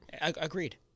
Agreed